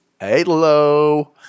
Hello